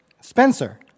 Spencer